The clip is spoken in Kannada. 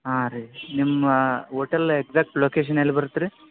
ಹಾಂ ರೀ ನಿಮ್ಮ ಹೋಟೆಲ್ ಎಕ್ಸಾಕ್ಟ್ ಲೊಕೇಶನ್ ಎಲ್ಲಿ ಬರತ್ತೆ ರೀ